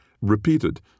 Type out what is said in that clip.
Repeated